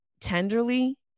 tenderly